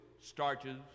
Starches